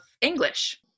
English